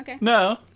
No